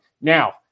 Now